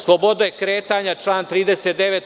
Slobodu kretanja član 39.